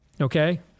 okay